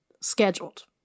scheduled